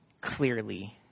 clearly